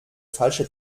falsche